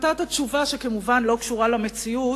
נתת תשובה שכמובן לא קשורה למציאות,